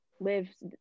lives